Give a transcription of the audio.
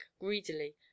greedily